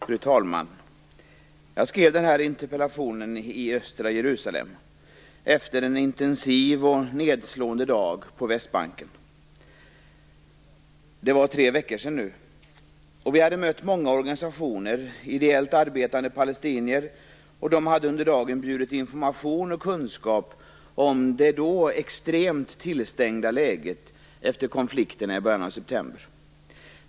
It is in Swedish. Fru talman! Jag skrev den här interpellationen i östra Jerusalem efter en intensiv och nedslående dag på Västbanken. Det är tre veckor sedan nu. Vi hade mött många organisationer och ideellt arbetande palestinier. De hade under dagen erbjudit information och kunskap om det då extremt tillstängda läget efter konflikterna i början av september.